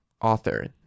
author